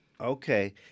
Okay